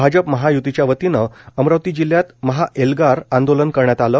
भाजप महायुतीच्या वतीनं अमरावती जिल्ह्यात महाएल्गार आंदोलन करण्यात आलं